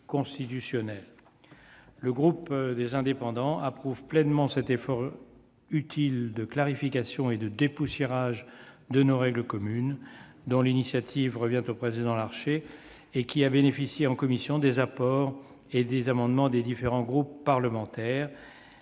Le groupe Les Indépendants approuve pleinement cet effort utile de clarification et de dépoussiérage de nos règles communes, dont l'initiative revient au président Larcher et qui a bénéficié en commission des apports et des amendements des différents groupes parlementaires.